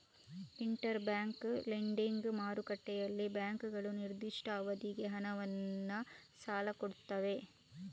inter bank lending ಮಾರುಕಟ್ಟೆಯಲ್ಲಿ ಬ್ಯಾಂಕುಗಳು ನಿರ್ದಿಷ್ಟ ಅವಧಿಗೆ ಹಣವನ್ನ ಸಾಲ ಕೊಡ್ತವೆ